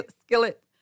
skillet